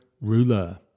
RULER